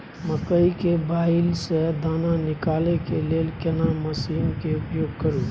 मकई के बाईल स दाना निकालय के लेल केना मसीन के उपयोग करू?